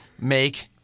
make